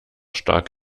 stark